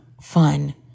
fun